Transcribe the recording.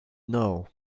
know